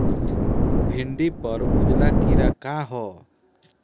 भिंडी पर उजला कीड़ा का है?